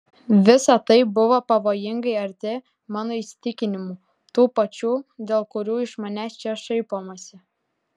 visa tai buvo pavojingai arti mano įsitikinimų tų pačių dėl kurių iš manęs čia šaipomasi